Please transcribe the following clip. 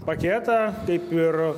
paketą taip ir